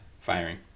firing